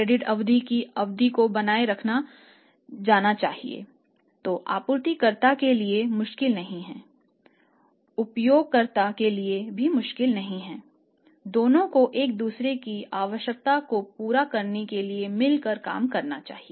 credit अवधि की अवधि को बनाए रखा जाना चाहिए जो आपूर्तिकर्ता के लिए मुश्किल नहीं है उपयोगकर्ता के लिए भी मुश्किल नहीं है दोनों को एक दूसरे की आवश्यकता को पूरा करने के लिए मिलकर काम करना चाहिए